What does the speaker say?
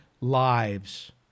lives